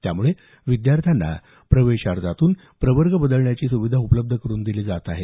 त्यामुळे विद्यार्थ्यांना प्रवेश अर्जातून प्रवर्ग बदलण्याची सुविधा उपलब्ध करून दिली जात आहे